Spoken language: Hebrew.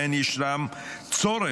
שבהן ישנו צורך